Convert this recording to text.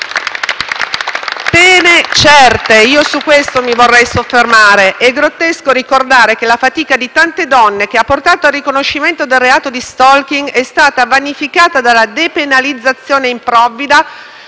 Pene certe: su questo mi vorrei soffermare. È grottesco ricordare che la fatica di tante donne che ha portato al riconoscimento del reato di *stalking* è stata vanificata dalla depenalizzazione improvvida